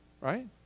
Right